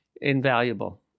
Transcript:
Invaluable